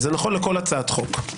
זה נכון לכל הצעת חוק.